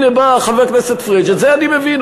הנה בא חבר הכנסת פריג' את זה אני מבין,